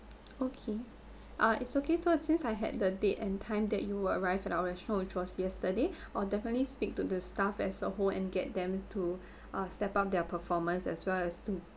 okay ah it's okay so since I had the date and time that you arrived at our restaurant which was yesterday I'll definitely speak to the staff as a whole and get them to ah step up their performance as well as to